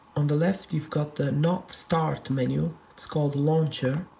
on the left you've got the not-start menu, it's called launcher.